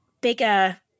bigger